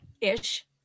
ish